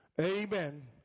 Amen